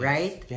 Right